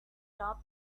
top